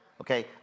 Okay